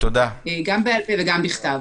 גם בעל פה וגם בכתב.